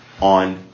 on